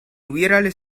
hubiérale